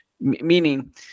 Meaning